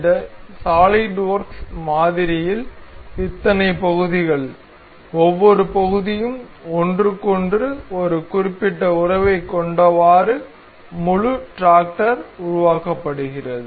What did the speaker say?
இந்த சாலிட்வொர்க்ஸ் மாதிரியில் இத்தனை பகுதிகள் ஒவ்வொரு பகுதியும் ஒன்றுக்கொன்று ஒரு குறிப்பிட்ட உறவைக் கொண்டவாறு முழு ட்ராக்டர் உருவாக்கப்படுகிறது